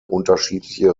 unterschiedliche